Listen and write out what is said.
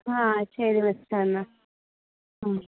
ആ ശരി മിസ്സേ എന്നാൽ ഉം